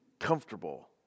comfortable